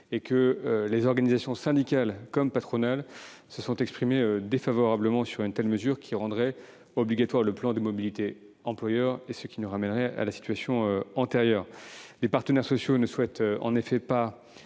Les organisations syndicales comme patronales se sont exprimées défavorablement sur l'idée de rendre obligatoire le plan de mobilité employeur, ce qui ramènerait à la situation antérieure. Les partenaires sociaux ne souhaitent pas